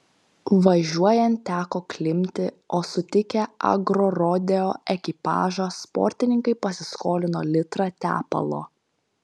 važiuojant teko klimpti o sutikę agrorodeo ekipažą sportininkai pasiskolino litrą tepalo